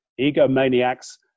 egomaniacs